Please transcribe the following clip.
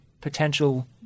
potential